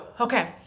okay